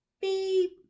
beep